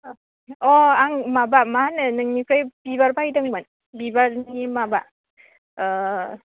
अ आं माबा मा होनो नोंनिफ्राय बिबार बायदोंमोन बिबारनि माबा